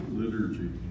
liturgy